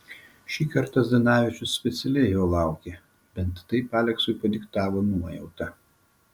šį kartą zdanavičius specialiai jo laukė bent taip aleksui padiktavo nuojauta